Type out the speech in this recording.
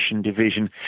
division